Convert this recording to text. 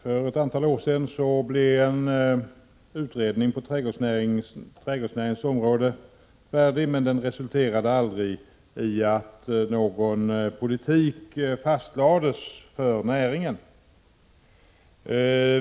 Herr talman! För ett antal år sedan blev en utredning på trädgårdsnäringens område färdig, men den resulterade aldrig i att någon politik fastlades för näringen.